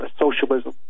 socialism